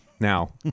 Now